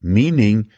meaning